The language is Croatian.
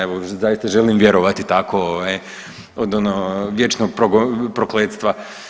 Evo zaista želim vjerovati tako ovaj od ono vječnog prokletstva.